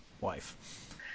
wife